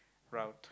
route